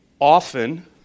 often